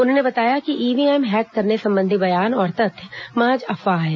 उन्होंने बताया कि ईव्हीएम हैक करने संबंधी बयान और तथ्य महज अफवाह हैं